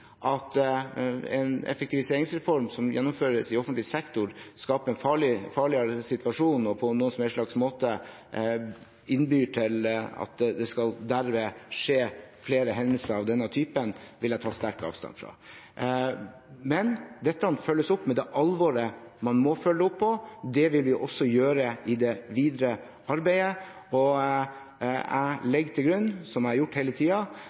at en effektiviseringsreform som gjennomføres i offentlig sektor, skaper en farligere situasjon og på noen som helst måte innbyr til at det derved skal skje flere hendelser av denne typen, vil jeg ta sterk avstand fra. Men dette følges opp med det alvoret man må følge opp med. Det vil vi også gjøre i det videre arbeidet, og jeg legger til grunn, som jeg har gjort hele